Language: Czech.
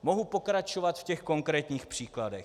Mohu pokračovat v těch konkrétních příkladech.